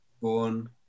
Born